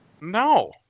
No